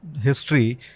history